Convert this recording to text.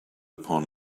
upon